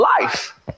life